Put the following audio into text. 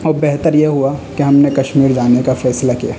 اور بہتر یہ ہوا کہ ہم نے کشمیر جانے کا فیصلہ کیا